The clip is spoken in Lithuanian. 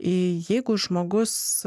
į jeigu žmogus